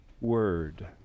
word